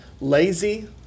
lazy